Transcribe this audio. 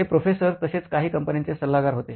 ते प्रोफेसर तसेच काही कंपन्यांचे सल्लागार होते